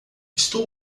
estou